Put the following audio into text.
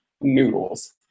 noodles